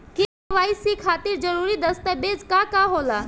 KYC खातिर जरूरी दस्तावेज का का होला?